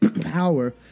power